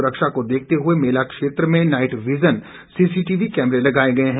सुरक्षा को देखते हुए मेला क्षेत्र में नाईट वीजन सीसीटीवी कैमरे लगाए गए हैं